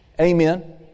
Amen